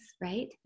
right